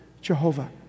Jehovah